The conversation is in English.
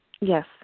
Yes